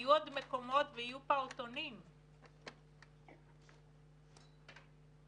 יהיו פעוטונים עבור הילדים.